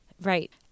Right